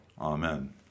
amen